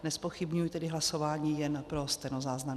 Nezpochybňuji tedy hlasování, jen pro stenozáznam.